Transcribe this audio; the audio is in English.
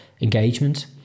engagement